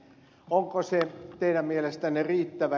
onko se teidän mielestänne riittävä